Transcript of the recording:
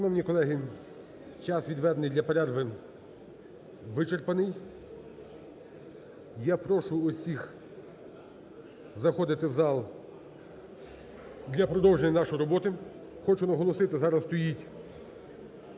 Шановні колеги, час, відведений для перерви, вичерпаний. Я прошу всіх заходити в зал для продовження нашої роботи. Хочу наголосити, зараз стоїть